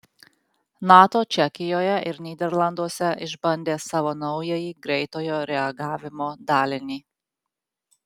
nato čekijoje ir nyderlanduose išbandė savo naująjį greitojo reagavimo dalinį